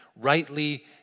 Rightly